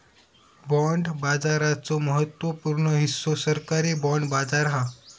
bond बाजाराचो महत्त्व पूर्ण हिस्सो सरकारी बाँड बाजार हा